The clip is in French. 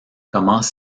commence